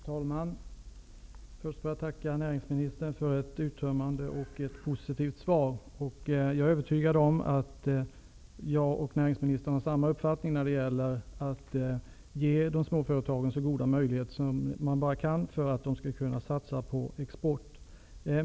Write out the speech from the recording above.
Herr talman! Jag får först tacka näringsministern för ett uttömmande och positivt svar. Jag är övertygad om att jag och näringsministern har samma uppfattning när det gäller att ge småföretagen så goda möjligheter som man bara kan för att de skall kunna satsa på export.